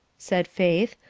said faith,